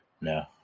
no